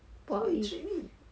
不好意